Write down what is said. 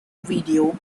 video